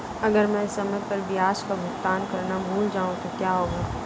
अगर मैं समय पर ब्याज का भुगतान करना भूल जाऊं तो क्या होगा?